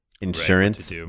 insurance